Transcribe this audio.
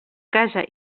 casa